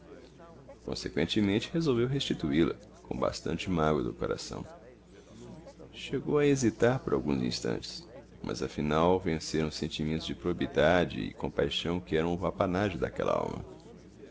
conseqüentemente resolveu restituí la com bastante mágoa do coração chegou a hesitar por alguns instantes mas afinal venceram os sentimentos de probidade e compaixão que eram o apanágio daquela alma